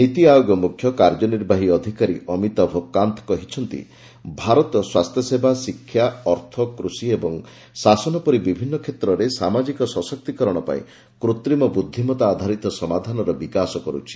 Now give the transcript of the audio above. ନୀତିଆୟୋଗ ମୁଖ୍ୟ କାର୍ଯ୍ୟନିର୍ବାହୀ ଅଧିକାରୀ ଅମିତାଭ କାନ୍ତ କହିଛନ୍ତି ଭାରତ ସ୍ୱାସ୍ଥ୍ୟସେବା ଶିକ୍ଷା ଅର୍ଥ କୃଷି ଏବଂ ଶାସନ ପରି ବିଭିନ୍ନ କ୍ଷେତ୍ରରେ ସାମାଜିକ ସଶକ୍ତିକରଣ ପାଇଁ କୃତ୍ରିମ ବୁଦ୍ଧିମତା ଆଧାରିତ ସମାଧାନର ବିକାଶ କରୁଛି